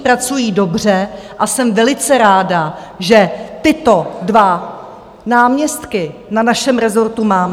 Pracují dobře a jsem velice ráda, že tyto dva náměstky na našem rezortu mám.